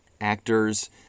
actors